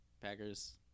Packers